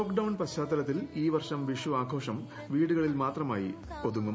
lockdown പശ്ചാത്തലത്തിൽ ഈ വർഷം വിഷു ആഘോഷം വീടുകളിൽ മാത്രമായി ഒതുങ്ങും